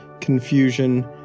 confusion